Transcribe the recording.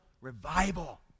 revival